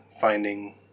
finding